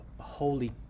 holy